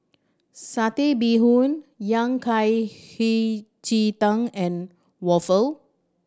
Satay Bee Hoon Yao Cai Hei Ji Tang and waffle